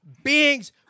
beings